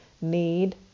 need